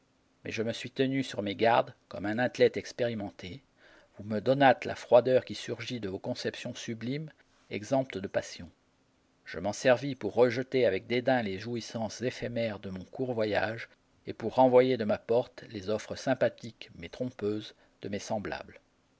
mais je me suis tenu sur mes gardes comme un athlète expérimenté vous me donnâtes la froideur qui surgit de vos conceptions sublimes exemptes de passion je m'en servis pour rejeter avec dédain les jouissances éphémères de mon court voyage et pour renvoyer de ma porte les offres sympathiques mais trompeuses de mes semblables